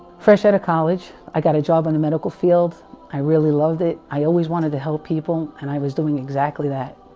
fresh out of college i got a job in the medical field i really loved it i always wanted to help people and i was doing exactly that?